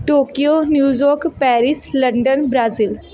Tokyo New York Paris London Brazil